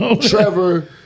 Trevor